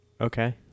Okay